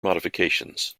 modifications